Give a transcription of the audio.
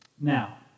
Now